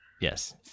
Yes